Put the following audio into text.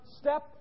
step